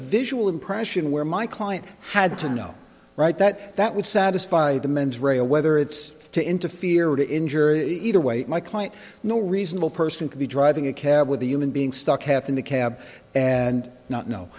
visual impression where my client had to know right that that would satisfy the mens rea whether it's to interfere or to injure either way my client no reasonable person could be driving a cab with a human being stuck half in the cab and not no